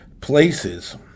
places